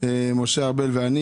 משה ארבל ואני.